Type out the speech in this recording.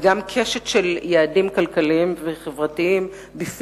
וגם קשת של יעדים כלכליים וחברתיים שעיקרם הקטנת פערים,